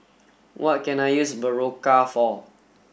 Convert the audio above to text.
what can I use Berocca for